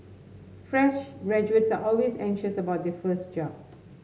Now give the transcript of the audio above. fresh graduates are always anxious about their first job